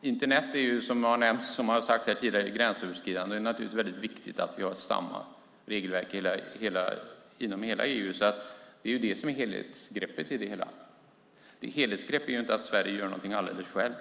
Internet är ju, som har sagts här tidigare, gränsöverskridande, och det är naturligtvis väldigt viktigt att vi har samma regelverk inom hela EU. Det är det som är helhetsgreppet i det hela. Ett helhetsgrepp är inte att Sverige gör något alldeles själv.